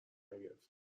نگرفته